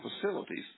facilities